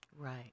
Right